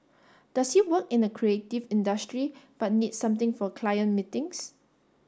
does he work in a creative industry but needs something for client meetings